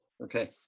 Okay